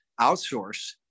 outsource